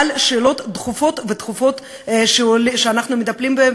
על שאלות דחופות שאנחנו מטפלים בהן.